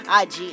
IG